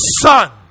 son